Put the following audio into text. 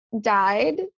died